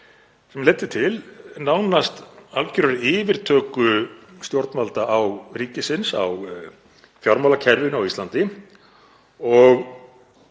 sem leiddu nánast til algerrar yfirtöku stjórnvalda ríkisins á fjármálakerfinu á Íslandi,